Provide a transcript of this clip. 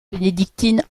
bénédictine